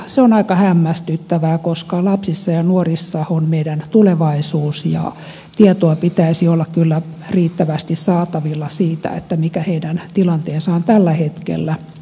se on aika hämmästyttävää koska lapsissa ja nuorissa on meidän tulevaisuutemme ja tietoa kyllä pitäisi olla riittävästi saatavilla siitä mikä heidän tilanteensa on tällä hetkellä